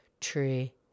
tree